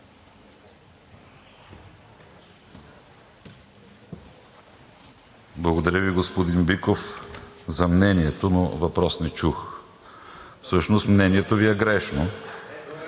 Благодаря Ви, господин Биков, за мнението, но въпрос не чух. Всъщност мнението Ви е грешно.